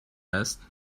است